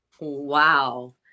Wow